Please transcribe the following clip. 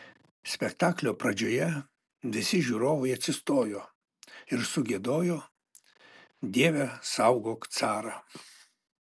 spektaklio pradžioje visi žiūrovai atsistojo ir sugiedojo dieve saugok carą